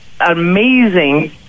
amazing